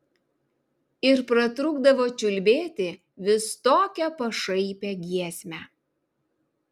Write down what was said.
ir pratrūkdavo čiulbėti vis tokią pašaipią giesmę